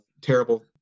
terrible